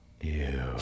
Ew